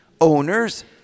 owners